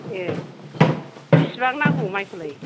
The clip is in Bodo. ए बिसिबां नांगौ माइखौलाय